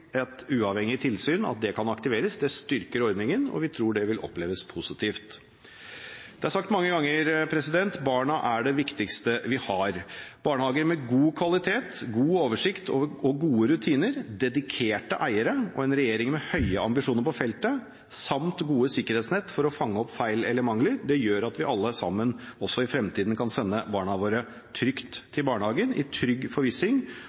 et uavhengig tilsyn og at det kan aktiveres, styrker ordningen, og vi tror det vil oppleves positivt. Det er sagt mange ganger at barna er det viktigste vi har. Barnehager med god kvalitet, god oversikt, gode rutiner, dedikerte eiere og en regjering med høye ambisjoner på feltet, samt gode sikkerhetsnett for å fange opp feil eller mangler, gjør at vi alle sammen også i fremtiden kan sende barna våre trygt til barnehagen, i trygg